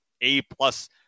A-plus